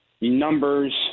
numbers